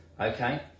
okay